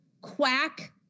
quack